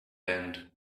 band